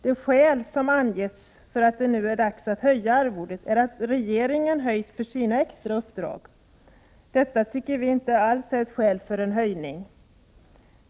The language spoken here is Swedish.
Det skäl som angetts för att det nu är dags att höja arvodet är att regeringen höjt arvodet för sina extra uppdrag. Detta tycker vi inte alls är skäl för en 135 Prot. 1988/89:104 höjning.